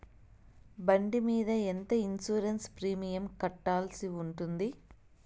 బండి మీద ఎంత ఇన్సూరెన్సు ప్రీమియం కట్టాల్సి ఉంటుంది?